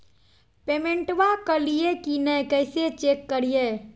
पेमेंटबा कलिए की नय, कैसे चेक करिए?